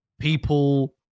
people